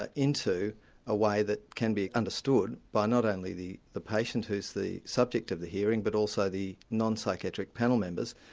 ah into a way that can be understood by not only the the patient who's the subject of the hearing, but also the non-psychiatric panel members.